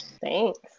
thanks